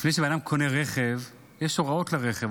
כפי שאדם קונה רכב ויש הוראות לרכב,